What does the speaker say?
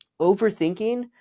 overthinking